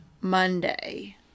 Monday